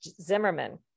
Zimmerman